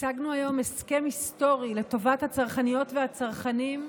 השגנו היום הסכם היסטורי לטובת הצרכניות והצרכנים,